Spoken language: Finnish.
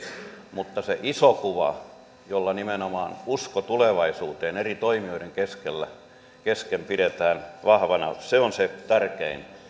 mutta se iso kuva jolla nimenomaan usko tulevaisuuteen eri toimijoiden kesken pidetään vahvana on se tärkein